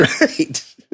Right